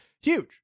huge